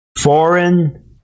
foreign